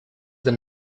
then